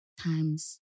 Times